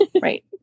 Right